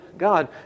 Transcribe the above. God